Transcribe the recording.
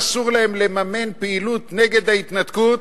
אסור להן לממן פעילות נגד ההתנתקות,